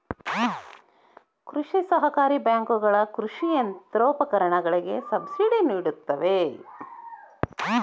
ಕೃಷಿ ಸಹಕಾರಿ ಬ್ಯಾಂಕುಗಳ ಕೃಷಿ ಯಂತ್ರೋಪಕರಣಗಳಿಗೆ ಸಬ್ಸಿಡಿ ನಿಡುತ್ತವೆ